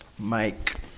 Mike